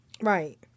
Right